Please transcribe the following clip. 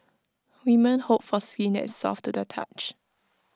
women hope for skin that soft to the touch